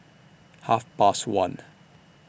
Half Past one